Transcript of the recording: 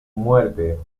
muerte